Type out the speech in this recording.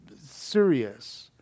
serious